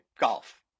golf